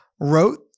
wrote